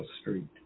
street